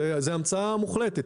זו המצאה מוחלטת.